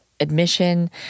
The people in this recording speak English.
admission